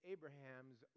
Abraham's